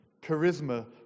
Charisma